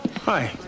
Hi